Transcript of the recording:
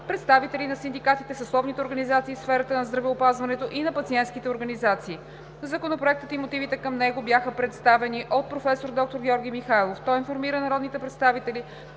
представители на синдикатите; съсловните организации в сферата на здравеопазването, и на пациентските организации. Законопроектът и мотивите към него бяха представени от професор доктор Георги Михайлов. Той информира народните представители,